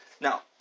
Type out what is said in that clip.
Now